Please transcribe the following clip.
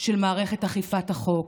של מערכת אכיפת החוק,